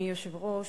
אדוני היושב-ראש,